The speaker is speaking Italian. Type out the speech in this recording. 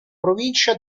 provincia